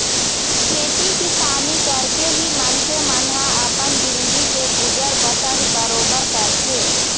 खेती किसानी करके ही मनखे मन ह अपन जिनगी के गुजर बसर बरोबर करथे